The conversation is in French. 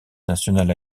nationale